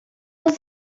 was